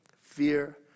fear